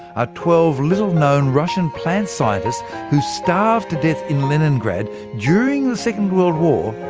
are twelve little-known russian plant scientists who starved to death in leningrad, during the second world war,